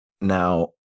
Now